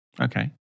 Okay